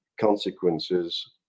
consequences